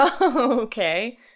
Okay